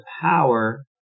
power